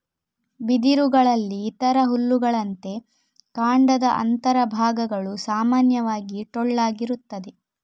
ಬಿದಿರುಗಳಲ್ಲಿ ಇತರ ಹುಲ್ಲುಗಳಂತೆ ಕಾಂಡದ ಅಂತರ ಭಾಗಗಳು ಸಾಮಾನ್ಯವಾಗಿ ಟೊಳ್ಳಾಗಿರುತ್ತದೆ